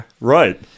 Right